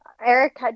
Eric